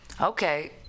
Okay